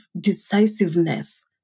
decisiveness